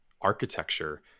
architecture